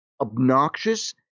obnoxious